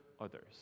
others